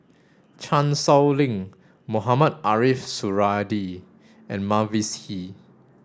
Chan Sow Lin Mohamed Ariff Suradi and Mavis Hee